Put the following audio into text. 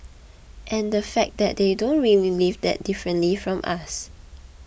and the fact that they don't really live that differently from us